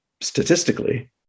statistically